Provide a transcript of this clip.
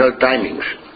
timings